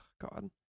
god